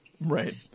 Right